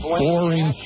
boring